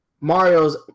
Mario's